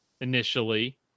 initially